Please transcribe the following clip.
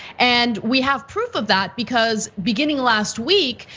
and we have proof of that because beginning last week,